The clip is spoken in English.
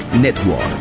Network